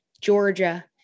Georgia